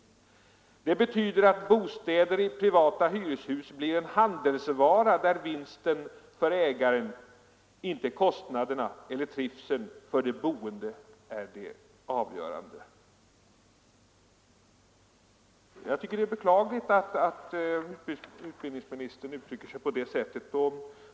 Han fortsatte: ”Det betyder att bostäder i privata hyreshus blir en handelsvara, där vinsten för ägaren, inte kostnaderna — eller prisen — för de boende är det avgörande.” Det är beklagligt att bostadsministern uttrycker sig på det sättet.